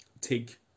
take